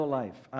life